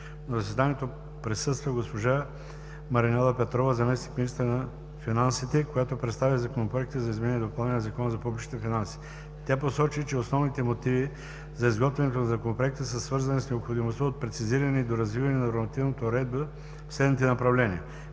На заседанието присъства госпожа Маринела Петрова – заместник-министър на финансите, която представи Законопроекта за изменение и допълнение на Закона за публичните финанси. Тя посочи, че основните мотиви за изготвянето на Законопроекта са свързани с необходимостта от прецизиране и доразвиване на нормативната уредба в следните направления: